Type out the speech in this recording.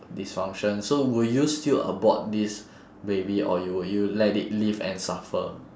dysfunction so will you still abort this baby or you will you let it live and suffer